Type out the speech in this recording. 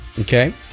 Okay